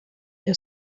your